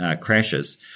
crashes